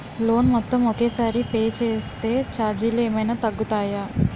Loan మొత్తం ఒకే సారి పే చేస్తే ఛార్జీలు ఏమైనా తగ్గుతాయా?